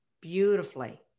beautifully